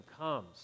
comes